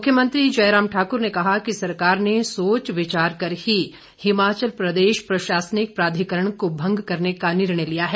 मुख्यमंत्री जयराम ठाकुर ने कहा कि सरकार ने सोच विचार करके ही हिमाचल प्रदेश प्रशासनिक प्राधिकरण को भंग करने का निर्णय लिया है